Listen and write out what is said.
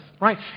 right